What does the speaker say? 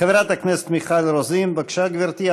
חברת הכנסת מיכל רוזין, בבקשה, גברתי.